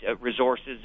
resources